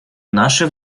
наше